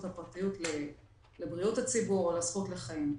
לפרטיות לבריאות הציבור או הזכות לחיים.